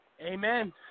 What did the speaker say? Amen